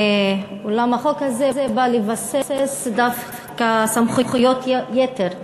אולם החוק הזה בא לבסס דווקא סמכויות יתר לשלטון.